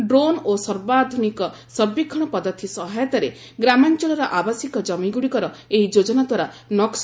drone ଓ ସର୍ବାଧ୍ରନିକ ସର୍ବେକ୍ଷଣ ପଦ୍ଧତି ସହାୟତାରେ ଗ୍ରାମାଞ୍ଚଳର ଆବାସିକ ଜମିଗ୍ରଡ଼ିକର ଏହି ଯୋଜନାଦ୍ୱାରା ନକୁ